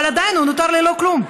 אבל עדיין הוא נותר ללא כלום,